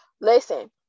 Listen